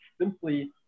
simply